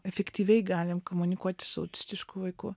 efektyviai galim komunikuoti su autistišku vaiku